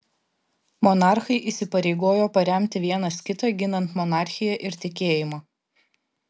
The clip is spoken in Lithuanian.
monarchai įsipareigojo paremti vienas kitą ginant monarchiją ir tikėjimą